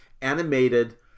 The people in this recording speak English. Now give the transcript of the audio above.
animated